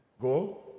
Go